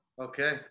Okay